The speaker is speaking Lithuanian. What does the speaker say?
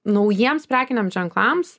naujiems prekiniam ženklams